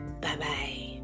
Bye-bye